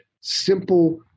simple